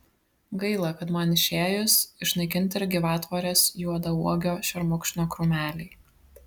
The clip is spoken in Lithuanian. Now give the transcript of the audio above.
gaila kad man išėjus išnaikinti ir gyvatvorės juodauogio šermukšnio krūmeliai